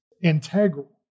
integral